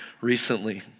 recently